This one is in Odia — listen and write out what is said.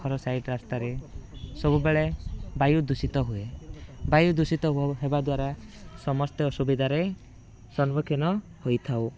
ଘର ସାଇଡ଼୍ ରାସ୍ତାରେ ସବୁବେଳେ ବାୟୁ ଦୂଷିତ ହୁଏ ବାୟୁ ଦୂଷିତ ହେବା ଦ୍ଵାରା ସମସ୍ତେ ଅସୁବିଧାରେ ସମ୍ମୁଖୀନ ହୋଇଥାଉ